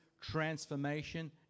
transformation